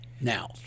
now